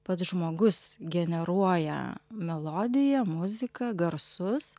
pats žmogus generuoja melodiją muziką garsus